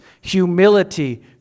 humility